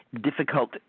difficult